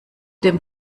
dem